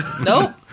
Nope